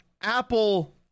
Apple